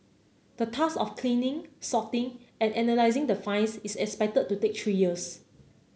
the task of cleaning sorting and analysing the finds is expected to take three years